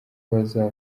baza